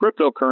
cryptocurrency